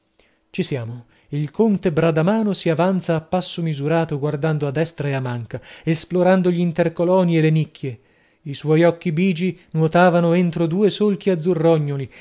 ci siamo il conte bradamano si avanzava a passo misurato guardando a destra ed a manca esplorando gli intercolon e le nicchie i suoi occhi bigi nuotavano entro due solchi azzurrognoli